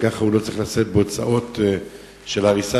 וכך הוא לא צריך לשאת בהוצאות של הריסה.